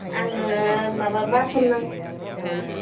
आनो माबा बासन नांगौमोन